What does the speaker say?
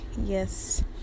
yes